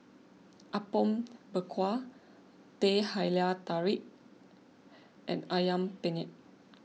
Apom Berkuah Teh Halia Tarik and Ayam Penyet